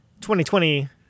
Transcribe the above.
2020